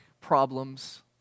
problems